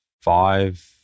five